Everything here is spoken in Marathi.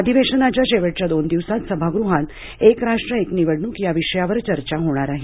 अधिवेशनाच्या शेवटच्या दोन दिवसात सभागृहात एक राष्ट्र एक निवडणूक या विषयावर चर्चा होणार आहे